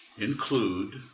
include